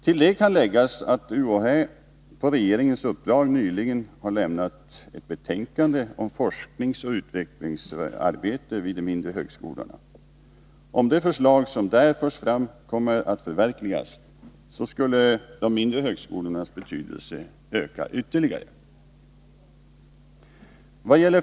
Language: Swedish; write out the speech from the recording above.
Till detta kan läggas att UHÄ på regeringens uppdrag nyligen har lämnat ett betänkande om forskningsoch utvecklingsarbete vid de mindre högskolorna. Om det förslag som där förs fram kommer att förverkligas skulle de mindre högskolornas betydelse öka ytterligare.